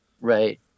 Right